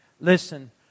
Listen